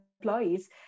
employees